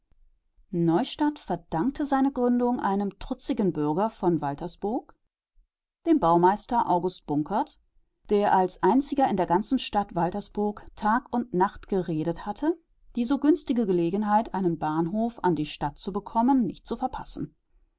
neustadt verdankte seine gründung einem trutzigen bürger von waltersburg dem baumeister august bunkert der als einziger in der ganzen stadt waltersburg tag und nacht geredet hatte die so günstige gelegenheit einen großen bahnhof an die stadt zu bekommen nicht zu verpassen